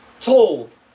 told